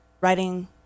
writing